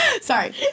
Sorry